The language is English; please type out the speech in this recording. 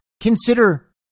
consider